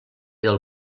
del